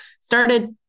started